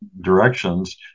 directions